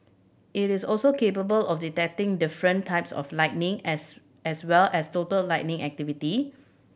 it is also capable of detecting different types of lightning as as well as total lightning activity